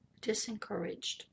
disencouraged